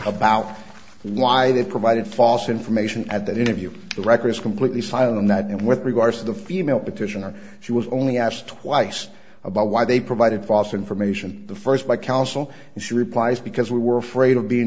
about why they provided false information at that interview the record is completely silent on that and with regards to the female petitioner she was only asked twice about why they provided false information the first by counsel and she replies because we were afraid of being